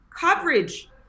coverage